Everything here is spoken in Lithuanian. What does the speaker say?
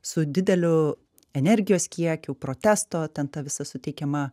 su dideliu energijos kiekiu protesto ten ta visa suteikiama